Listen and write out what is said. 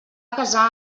casar